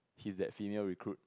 his that female recruit